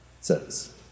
says